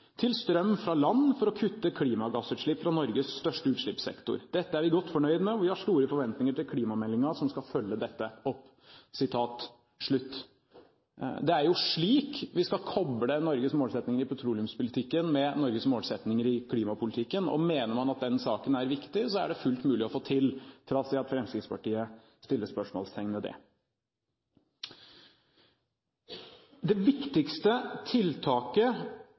til bruk av kraft fra land for å kutte klimagassutslippene fra Norges største utslippssektor. Dette er vi godt fornøyd med og vi har store forventninger til klimameldingen som må følge dette opp.» Det er jo slik vi skal koble Norges målsettinger i petroleumspolitikken med Norges målsettinger i klimapolitikken, og mener man at den saken er viktig, er det fullt mulig å få til, trass i at Fremskrittspartiet setter spørsmålstegn ved det. Det viktigste tiltaket